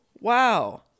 Wow